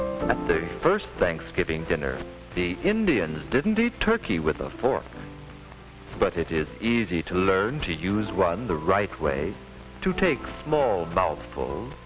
that the first thanksgiving dinner the indians didn't eat turkey with a fork but it is easy to learn to use one the right way to take small about f